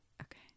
Okay